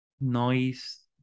noise